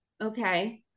okay